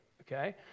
okay